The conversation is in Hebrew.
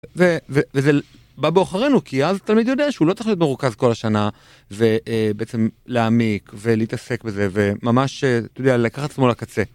ו... ו... וזה בא בעוכרינו, כי אז תלמיד יודע שהוא לא צריך להיות מרוכז כל השנה ובעצם להעמיק ולהתעסק בזה וממש, אתה יודע, לקחת את עצמו לקצה.